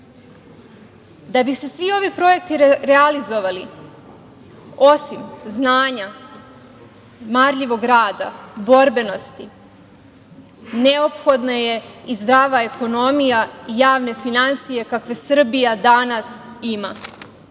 bi se svi ovi projekti realizovali, osim znanja, marljivog rada, borbenosti, neophodna je i zdrava ekonomija i javne finansije kakve Srbija danas ima.